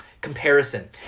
comparison